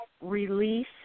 release